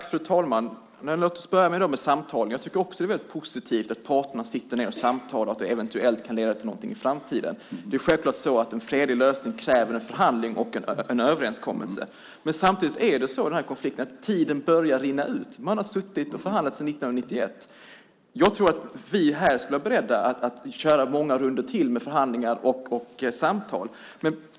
Fru talman! Låt oss börja med samtalen. Jag tycker också att det är väldigt positivt att parterna sitter ned och samtalar och att det eventuellt kan leda till något i framtiden. Det är självklart att en fredlig lösning kräver en förhandling och en överenskommelse. Men samtidigt börjar tiden rinna ut. Man har suttit och förhandlat sedan 1991. Jag tror att vi här ska vara beredda att köra många rundor till med förhandlingar och samtal.